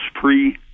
free